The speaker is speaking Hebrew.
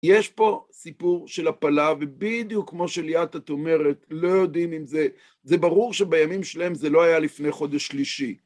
יש פה סיפור של הפלה, ובדיוק כמו שליאת את אומרת, לא יודעים אם זה... זה ברור שבימים שלהם זה לא היה לפני חודש שלישי.